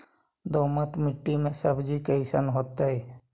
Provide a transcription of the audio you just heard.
दोमट मट्टी में सब्जी कैसन होतै?